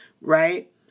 right